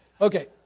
Okay